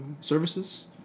services